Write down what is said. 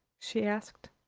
she asked.